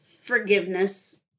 forgiveness